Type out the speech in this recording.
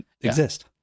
exist